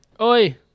Oi